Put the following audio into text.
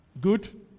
Good